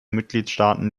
mitgliedstaaten